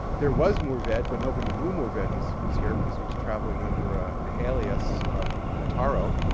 there was mourvedre, but nobody knew mourvedre was was here because it was traveling under ah an alias of mataro.